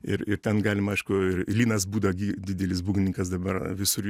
ir ir ten galima aišku ir linas būda gi didelis būgnininkas dabar visur